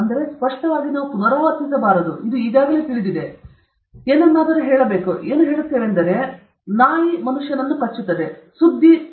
ಆದ್ದರಿಂದ ನಾವು ಸ್ಪಷ್ಟವಾಗಿ ಪುನರಾವರ್ತಿಸಬಾರದು ಇದು ಈಗಾಗಲೇ ತಿಳಿದಿದೆ ಸರಿ ನಾವು ಏನನ್ನಾದರೂ ಹೇಳಬೇಕು ಆದ್ದರಿಂದ ನಾವು ಏನು ಹೇಳುತ್ತೇವೆಂದರೆ ನಾಯಿ ಮನುಷ್ಯನನ್ನು ಕಚ್ಚುತ್ತದೆ ಸುದ್ದಿ ಏನು